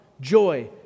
joy